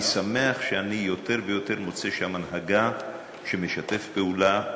אני שמח שאני יותר ויותר מוצא שם הנהגה שמשתפת פעולה.